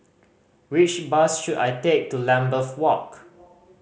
which bus should I take to Lambeth Walk